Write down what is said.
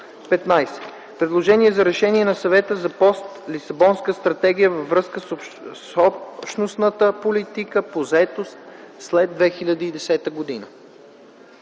15. Предложение за Решение на Съвета за пост-Лисабонска стратегия във връзка с Общностната политика по заетост след 2010 г.